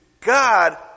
God